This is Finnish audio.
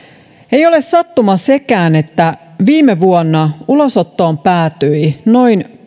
ei ole sattuma sekään että viime vuonna ulosottoon päätyi noin